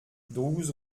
douze